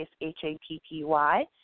H-A-P-P-Y